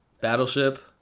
Battleship